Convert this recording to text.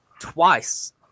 Twice